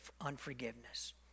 unforgiveness